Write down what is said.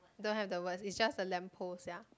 don't have the words it just the lamp post sia